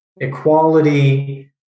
equality